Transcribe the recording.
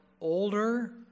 Older